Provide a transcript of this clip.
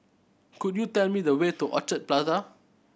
could you tell me the way to Orchid Plaza